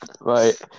Right